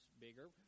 bigger